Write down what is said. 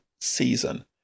season